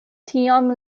tiam